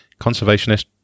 conservationist